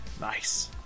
nice